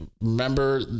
Remember